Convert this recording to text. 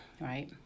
right